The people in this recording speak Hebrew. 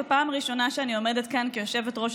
ופעם ראשונה שאני עומדת כאן כיושבת-ראש